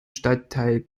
stadtteil